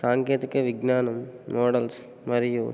సాంకేతిక విజ్ఞానం మోడల్స్ మరియు